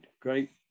Great